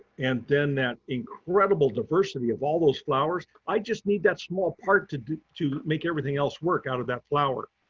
and then that incredible diversity of all those flowers. i just need that small part to to make everything else work out of that flower.